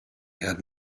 had